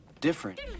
different